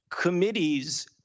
committees